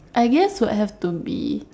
I guess would have to be